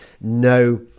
no